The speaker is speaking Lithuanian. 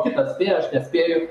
kitas spėja aš nespėju